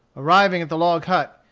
arriving at the log hut,